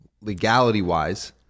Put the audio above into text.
legality-wise